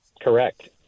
Correct